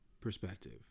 perspective